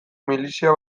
milizia